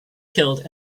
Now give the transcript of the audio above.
killed